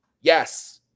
Yes